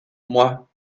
moi